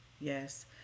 Yes